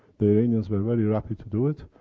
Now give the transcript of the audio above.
the iranians were very rapid to do it.